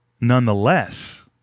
nonetheless